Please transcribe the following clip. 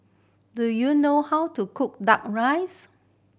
do you know how to cook Duck Rice